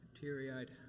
teary-eyed